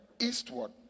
eastward